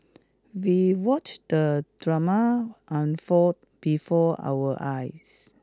we watched the drama unfold before our eyes